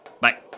Bye